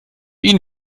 ihn